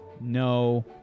no